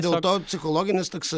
dėl to psichologinis toks